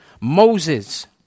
Moses